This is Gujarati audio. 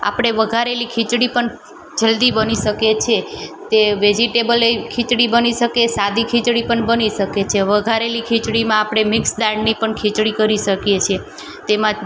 આપણે વગારેલી ખિચડી પણ જલ્દી બની શકે છે તે વેજીટેબલે ખિચડી બની શકે સાદી ખિચડી પણ બની શકે છે વગારેલી ખિચડીમાં આપણે મિક્સ દાળની પણ ખિચડી કરી શકીએ છીએ તેમાં